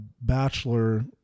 bachelor